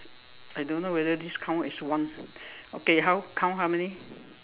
I don't know whether this count as one okay how count how many